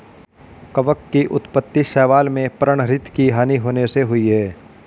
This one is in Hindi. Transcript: कवक की उत्पत्ति शैवाल में पर्णहरित की हानि होने से हुई है